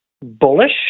bullish